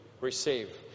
receive